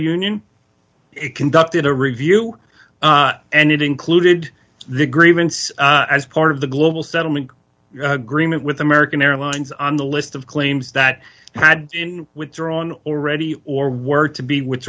union it conducted a review and it included the grievance as part of the global settlement agreement with american airlines on the list of claims that had been withdrawn already or were to be with